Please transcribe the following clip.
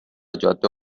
جاده